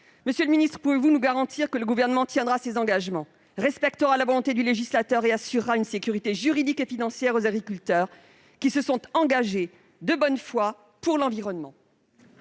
Monsieur le ministre, pouvez-vous garantir que le Gouvernement tiendra ses engagements, respectera la volonté du législateur et assurera une sécurité juridique et financière aux agriculteurs qui se sont engagés de bonne foi pour l'environnement ?